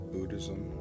Buddhism